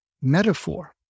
metaphor